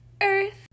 earth